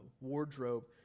wardrobe